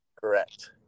Correct